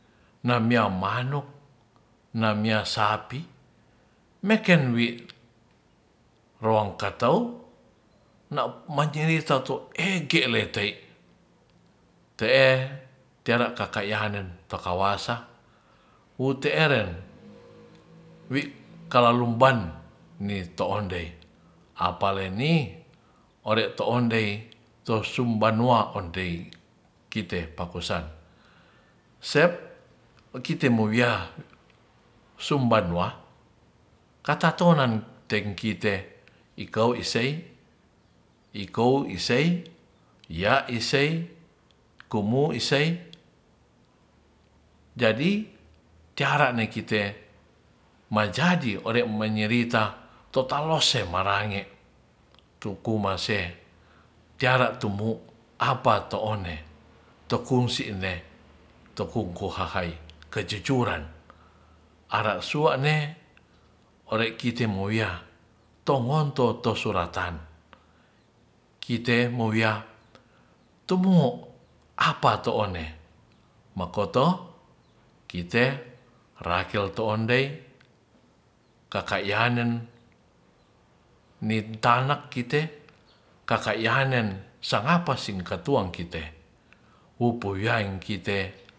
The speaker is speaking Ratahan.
Nam miya'manuk nam miya'sapi meken wi ronkatou nau majeris sato'e gele te'i te'e tera kakayanen to kawasa wutu'eren wi' kalalumban ni'to ondei apaleni ore'to ondei tousmbanua ondei kite pakosan sep kite mowia sumbanua katatonan teng kite ikou isei- ya'ise kumu'isei jadi tiara ne' kite majadi ore'menyerita totalose marange tukumase tiara tumu apa to'one tengku si'ne tengku koahai kejujuran ara'suwane ore'kite mowuya tongonto tosuratan kite mowiya tuuok apa to'one makoto kite rakel toondey kakayanen nintanak kita kakayanen sing apa singkatuang kite wupuyaeng kite